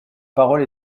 parole